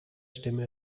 stimme